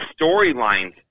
storylines